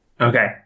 okay